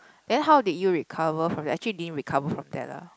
then how did you recover from that actually didn't recover from that lah